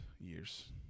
years